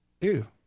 Ew